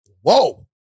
whoa